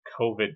COVID